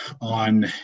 on